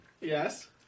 Yes